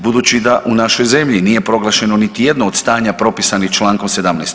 Budući da u našoj zemlji nije proglašeno niti jedno od stanja propisanih čl. 17.